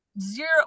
zero